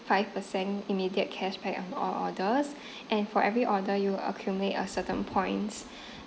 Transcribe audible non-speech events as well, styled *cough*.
five percent immediate cashback on all orders and for every order you accumulate a certain points *breath*